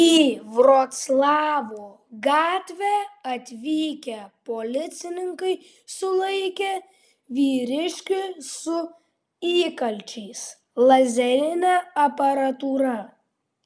į vroclavo gatvę atvykę policininkai sulaikė vyriškį su įkalčiais lazerine aparatūra